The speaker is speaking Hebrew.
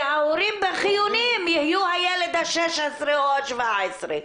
וההורים החיוניים יהיו הילד ה-16 או ה-17.